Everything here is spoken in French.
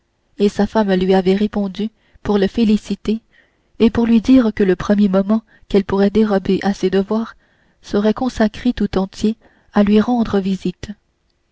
et sa femme lui avait répondu pour le féliciter et pour lui dire que le premier moment qu'elle pourrait dérober à ses devoirs serait consacré tout entier à lui rendre visite